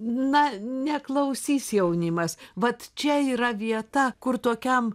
na neklausys jaunimas vat čia yra vieta kur tokiam